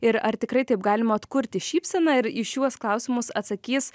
ir ar tikrai taip galima atkurti šypseną ir į šiuos klausimus atsakys